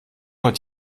hat